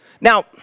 Now